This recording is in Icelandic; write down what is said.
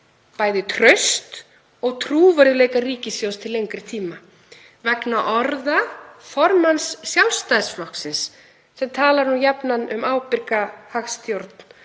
bæði traust og trúverðugleika ríkissjóðs til lengri tíma vegna orða formanns Sjálfstæðisflokksins sem talar jafnan um ábyrga hagstjórn